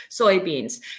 soybeans